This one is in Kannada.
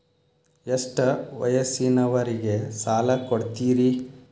ಎಷ್ಟ ವಯಸ್ಸಿನವರಿಗೆ ಸಾಲ ಕೊಡ್ತಿರಿ?